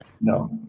No